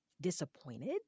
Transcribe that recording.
disappointed